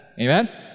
Amen